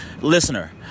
Listener